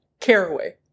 Caraway